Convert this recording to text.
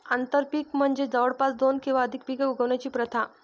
आंतरपीक म्हणजे जवळपास दोन किंवा अधिक पिके उगवण्याची प्रथा